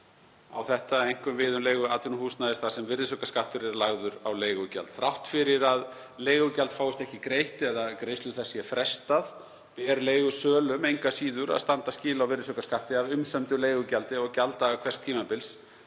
Á þetta einkum við um leigu atvinnuhúsnæðis, þar sem virðisaukaskattur er lagður á leigugjald. Þrátt fyrir að leigugjald fáist ekki greitt eða greiðslu þess sé frestað ber leigusölum engu að síður að standa skil á virðisaukaskatti af umsömdu leigugjaldi á gjalddaga hvers tímabils